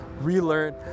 relearn